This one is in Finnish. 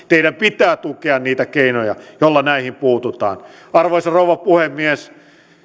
teidän pitää tukea niitä keinoja joilla näihin puututaan arvoisa rouva puhemies